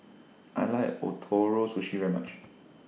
I like Ootoro Sushi very much